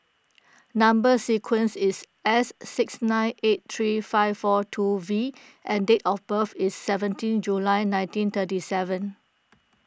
Number Sequence is S six nine eight three five four two V and date of birth is seventeen July nineteen thirty seven